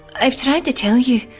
i've tried to tell you.